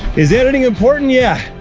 is editing important? yeah,